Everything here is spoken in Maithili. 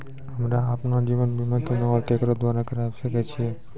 हमरा आपन जीवन बीमा केना और केकरो द्वारा करबै सकै छिये?